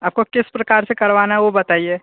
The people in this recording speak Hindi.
आपको किस प्रकार से करवाना है वो बताइए